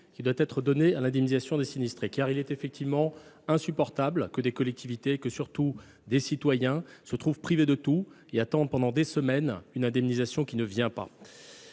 qui doit être donnée à l’indemnisation des sinistrés, car il est en effet insupportable que des citoyens se trouvent privés de tout et attendent pendant des semaines une indemnisation qui ne vient pas.